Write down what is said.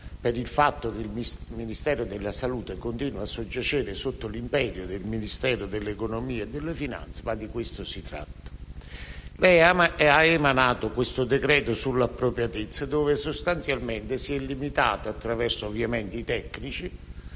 per il fatto che il Ministero della salute continua a soggiacere sotto l'imperio del Ministero dell'economia e delle finanze. Lei ha emanato questo decreto sull'appropriatezza dove sostanzialmente si è limitata, attraverso i tecnici,